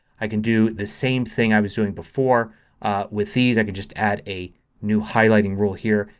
i can do the same thing i was doing before with these. i can just add a new highlight rule here.